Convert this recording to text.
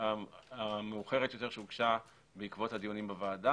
המאוחרת יותר שהוגשה בעקבות הדיונים בוועדה,